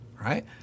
right